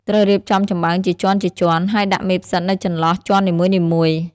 ត្រូវរៀបចំចំបើងជាជាន់ៗ ហើយដាក់មេផ្សិតនៅចន្លោះជាន់នីមួយៗ។